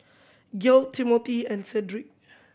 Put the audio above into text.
Timmothy and Cedrick